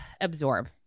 absorb